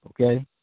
okay